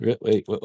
Wait